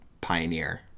pioneer